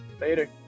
later